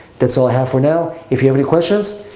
that's all i have for now. if you have any questions,